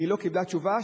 היא לא קיבלה תשובה.